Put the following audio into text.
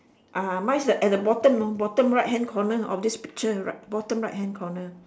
ah mine is at the bottom know bottom right hand corner of this picture right bottom right hand corner